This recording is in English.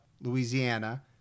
Louisiana